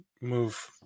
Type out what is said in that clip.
move